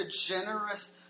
generous